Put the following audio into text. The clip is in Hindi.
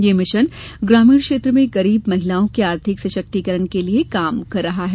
यह मिशन ग्रामीण क्षेत्र में गरीब महिलाओं के आर्थिक सशक्तिकरण के लिये काम कर रहा है